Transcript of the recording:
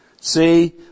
See